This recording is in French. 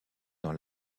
dans